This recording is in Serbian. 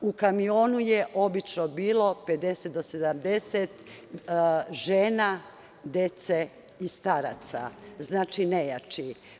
U kamionu je obično bilo 50-70 žena, dece i staraca, znači nejači.